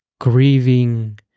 Grieving